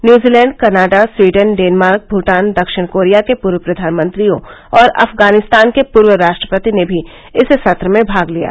New Zealand Canada Sweden Denmark Bhutan दक्षिण Korea के पूर्व प्रधानमंत्रियों और अफगानिस्तान के पूर्व राष्ट्रपति ने भी इस सत्र में भाग लिया